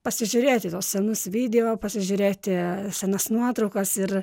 pasižiūrėti į tuos senus video pasižiūrėti senas nuotraukas ir